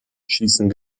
schießen